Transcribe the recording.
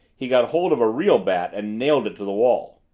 he got hold of a real bat, and nailed it to the wall.